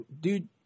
dude